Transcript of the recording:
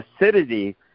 acidity